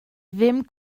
ddim